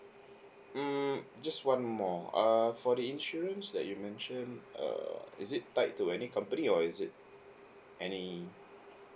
mm just one more err for the insurance that you mentioned err is it tied to any company or is it any